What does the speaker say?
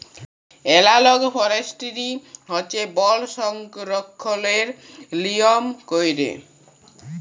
এলালগ forestry হছে বল সংরক্ষলের লিয়ম ক্যইরে